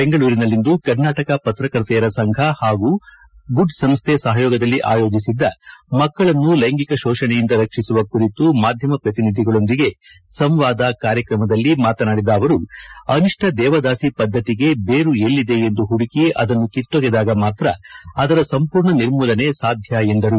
ಬೆಂಗಳೂರಿನಲ್ಲಿಂದು ಕರ್ನಾಟಕ ಪತ್ರಕರ್ತೆಯರ ಸಂಘ ಹಾಗೂ ಗುಡ್ ಸಂಸ್ಥೆ ಸಹಯೋಗದಲ್ಲಿ ಆಯೋಜಿಸಿದ್ದ ಮಕ್ಕಳನ್ನು ಲೈಂಗಿಕ ಶೋಷಣೆಯಿಂದ ರಕ್ಷಿಸುವ ಕುರಿತು ಮಾಧ್ಯಮ ಪ್ರತಿನಿಧಿಗಳೊಂದಿಗೆ ಸಂವಾದ ಕಾರ್ಯಕ್ರಮದಲ್ಲಿ ಮಾತನಾಡಿದ ಅವರು ಅನಿಷ್ಠ ದೇವದಾಸಿ ಪದ್ದತಿಗೆ ಬೇರು ಎಲ್ಲಿದೆ ಎಂದು ಹುಡುಕಿ ಅದನ್ನು ಕಿತ್ತೊಗೆದಾಗ ಮಾತ್ರ ಅದರ ಸಂಪೂರ್ಣ ನಿರ್ಮೂಲನೆ ಸಾಧ್ಯ ಎಂದರು